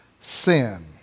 sin